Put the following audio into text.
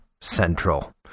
central